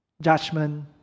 judgment